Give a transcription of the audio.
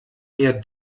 mir